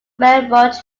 railroad